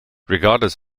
regardless